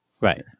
Right